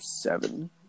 Seven